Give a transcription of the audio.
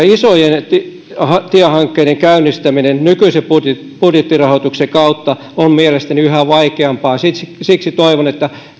isojen tiehankkeiden käynnistäminen nykyisen budjettirahoituksen kautta on mielestäni yhä vaikeampaa siksi siksi toivon että